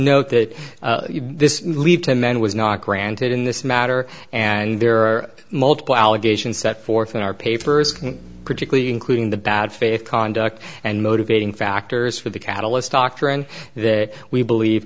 note that this lead to men was not granted in this matter and there are multiple allegations set forth in our papers critically including the bad faith conduct and motivating factors for the catalyst doctrine that we believe